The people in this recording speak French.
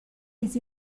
des